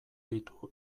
ditu